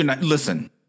Listen